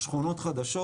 שכונות חדשות,